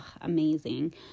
amazing